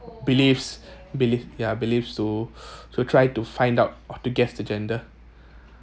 beliefs belief ya beliefs to to try to find out or to guess the gender